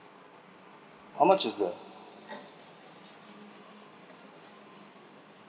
how much is that